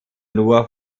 nur